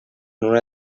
una